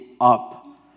up